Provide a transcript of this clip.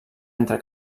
entre